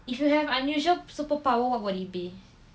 if you have unusual superpower what would it be